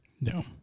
No